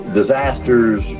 disasters